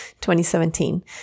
2017